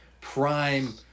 prime